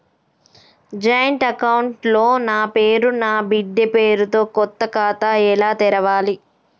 Joint account లో నా పేరు నా బిడ్డే పేరు తో కొత్త ఖాతా ఎలా తెరవాలి?